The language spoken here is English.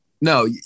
No